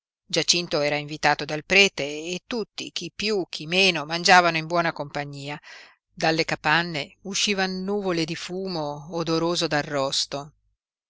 giacinto era invitato dal prete e tutti chi piú chi meno mangiavano in buona compagnia dalle capanne uscivan nuvole di fumo odoroso